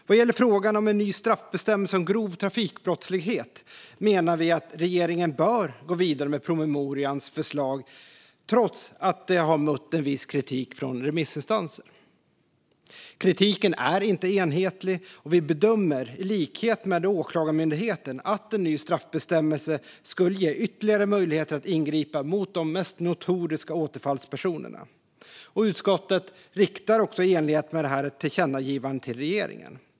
Vad gäller frågan om en ny straffbestämmelse om grov trafikbrottslighet menar vi att regeringen bör gå vidare med förslaget i promemorian, trots att det har mött viss kritik från remissinstanser. Kritiken är inte enhetlig, och vi bedömer i likhet med Åklagarmyndigheten att en ny straffbestämmelse skulle ge ytterligare möjligheter att ingripa mot de mest notoriska återfallspersonerna. Utskottet föreslår också i enlighet med det att riksdagen ska rikta ett tillkännagivande till regeringen.